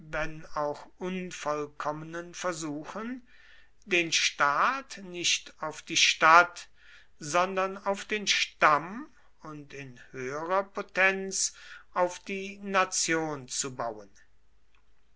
wenn auch unvollkommenen versuchen den staat nicht auf die stadt sondern auf den stamm und in höherer potenz auf die nation zu bauen